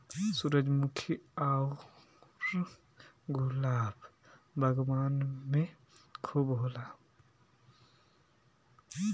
सूरजमुखी आउर गुलाब बगान में खूब होला